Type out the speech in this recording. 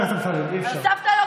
די.